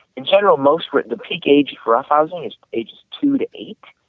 in general mostly the peak age for roughhousing is age two to eight.